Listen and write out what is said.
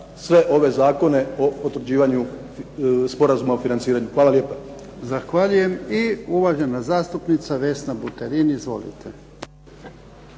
sve ove Zakona o potvrđivanju sporazuma o financiranju. Hvala lijepa. **Jarnjak, Ivan (HDZ)** Zahvaljujem. I uvažena zastupnica Vesna Buterin. Izvolite.